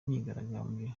myigaragambyo